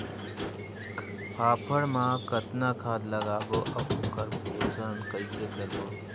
फाफण मा कतना खाद लगाबो अउ ओकर पोषण कइसे करबो?